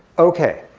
ok,